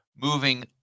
moving